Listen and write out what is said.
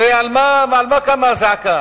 הרי על מה קמה הזעקה?